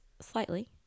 slightly